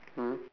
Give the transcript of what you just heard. mm